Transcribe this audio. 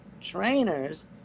trainers